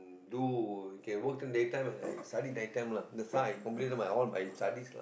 do can work day time and I study night time lah that's how I completed all my studies lah